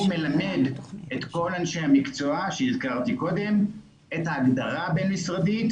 הוא מלמד את כל אנשי המקצוע שהזכרתי קודם את ההגדרה הבין-משרדית,